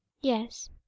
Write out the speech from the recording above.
Yes